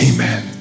Amen